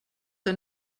que